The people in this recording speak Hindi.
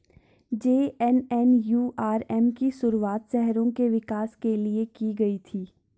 जे.एन.एन.यू.आर.एम की शुरुआत शहरों के विकास के लिए की गई थी